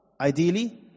Ideally